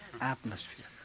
atmosphere